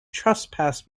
trespass